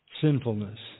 sinfulness